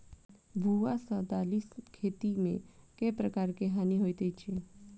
भुआ सँ दालि खेती मे केँ प्रकार केँ हानि होइ अछि?